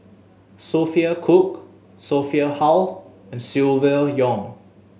Sophia Cooke Sophia Hull and Silvia Yong